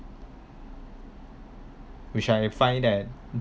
which I find that